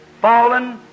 fallen